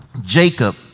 Jacob